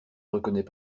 reconnaît